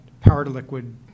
power-to-liquid